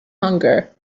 hunger